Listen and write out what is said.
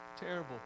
terrible